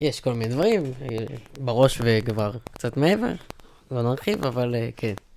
יש כל מיני דברים, בראש וכבר קצת מעבר, לא נרחיב, אבל כן.